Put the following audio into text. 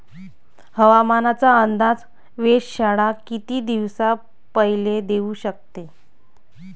हवामानाचा अंदाज वेधशाळा किती दिवसा पयले देऊ शकते?